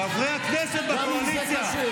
חברי הכנסת בקואליציה.